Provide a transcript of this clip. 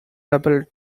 double